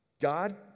God